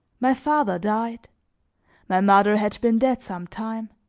my father died my mother had been dead some time.